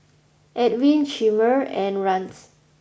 Edwin Chimere and Rance